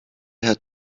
had